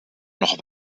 noch